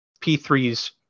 P3's